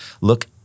look